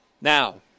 Now